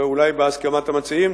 ואולי בהסכמת המציעים,